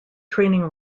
training